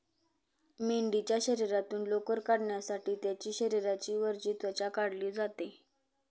मेंढीच्या शरीरातून लोकर काढण्यासाठी त्यांची शरीराची वरची त्वचा काढली जाते